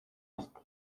este